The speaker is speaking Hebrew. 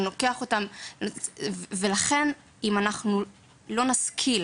לכן, אם לא נשכיל